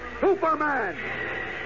Superman